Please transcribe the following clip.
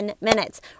minutes